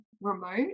remote